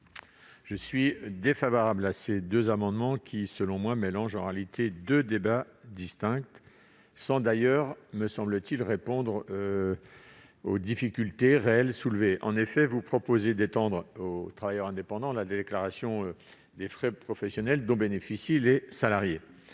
Je suis défavorable à ces amendements, qui mélangent en réalité deux débats distincts sans d'ailleurs, me semble-t-il, répondre aux difficultés réelles soulevées. En effet, leurs auteurs proposent d'étendre aux travailleurs indépendants la déduction des frais professionnels dont bénéficient les salariés.